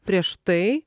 prieš tai